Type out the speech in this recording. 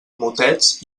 motets